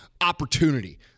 opportunity